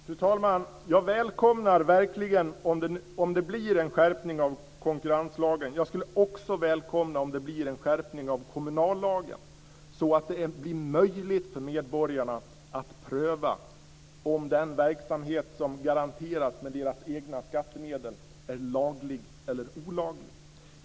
Fru talman! Jag välkomnar verkligen om det blir en skärpning av konkurrenslagen. Jag skulle också välkomna om det blir en skärpning av kommunallagen så att det blir möjligt för medborgarna att pröva om den verksamhet som garanteras med deras egna skattemedel är laglig eller olaglig.